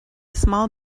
small